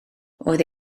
roedd